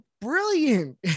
brilliant